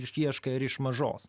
išieškai ar ir iš mažos